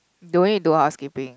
the way you do housekeeping